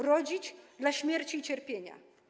Rodzić dla śmierci i cierpienia.